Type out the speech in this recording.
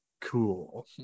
cool